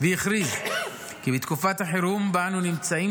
והכריז כי בתקופת החירום שבה אנו נמצאים